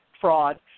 fraud